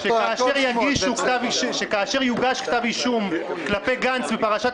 אני מוכן להבטיח לך שכאשר יוגש כתב אישום כלפי גנץ בפרשת